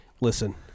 listen